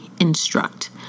instruct